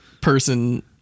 person